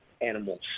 animals